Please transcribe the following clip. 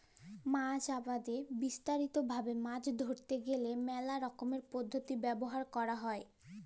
মাছ আবাদে বিস্তারিত ভাবে মাছ ধরতে গ্যালে মেলা রকমের পদ্ধতি ব্যবহার ক্যরা হ্যয়